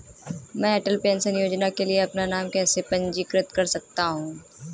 मैं अटल पेंशन योजना के लिए अपना नाम कैसे पंजीकृत कर सकता हूं?